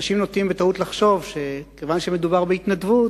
אנשים נוטים בטעות לחשוב שכיוון שמדובר בהתנדבות,